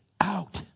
out